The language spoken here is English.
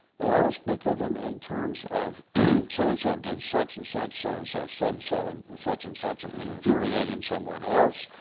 they all speak of them in terms of so so-and-so so did such and such, so and so said so and such and such and infuritated someone else,